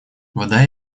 вода